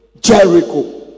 Jericho